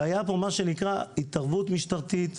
והיה פה מה שנקרא התערבות משטרתית